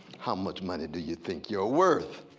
how much money do you think you're worth?